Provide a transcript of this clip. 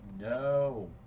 No